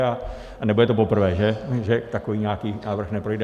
A nebude to poprvé, že takový nějaký návrh neprojde.